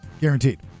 guaranteed